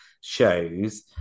shows